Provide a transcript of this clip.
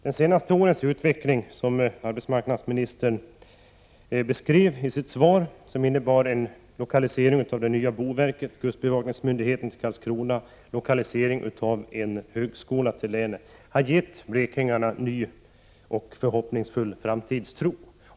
De senaste årens utveckling, som arbetsmarknadsministern beskrev i sitt svar, med en lokalisering av det nya boverket och kustbevakningsmyndigheten till Karlskrona och lokaliseringen av en högskola till länet, har gett blekingarna en ny och förhoppningsfull framtidstro.